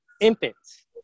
infants